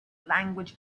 language